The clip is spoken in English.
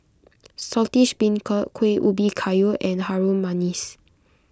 Saltish Beancurd Kueh Ubi Kayu and Harum Manis